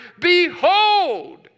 behold